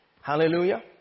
Hallelujah